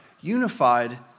unified